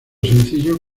sencillo